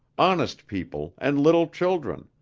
honest people and little children,